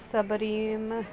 submarine